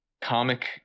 comic